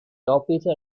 officer